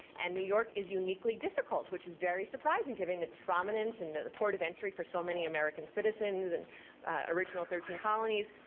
and new york is uniquely difficult, which is very surprising given its prominence and the port of entry for so many american citizens and original thirteen colonies.